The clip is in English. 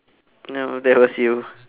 no that was you